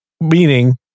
Meaning